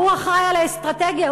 ההוא אחראי לאסטרטגיה,